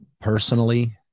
personally